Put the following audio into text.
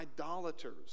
Idolaters